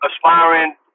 aspiring